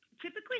typically